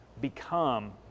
become